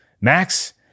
Max